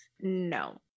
No